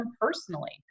personally